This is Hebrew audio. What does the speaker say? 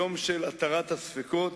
יום של התרת הספקות,